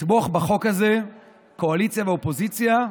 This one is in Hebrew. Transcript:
לתמוך בחוק הזה כדי לתמוך באוכלוסייה.